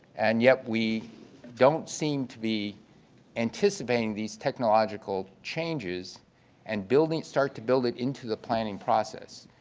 and yet we don't seem to be anticipating these technological changes and building start to build it into the planning process.